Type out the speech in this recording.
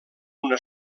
una